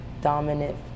dominant